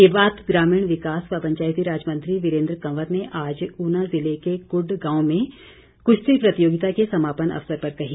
ये बात ग्रामीण विकास व पंचायतीराज मंत्री वीरेंद्र कंवर ने आज ऊना जिला के कुड्ड गांव में कृश्ती प्रतियोगिता के समापन अवसर पर कही